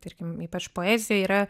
tarkim ypač poezijoj yra